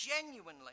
genuinely